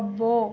అబ్బో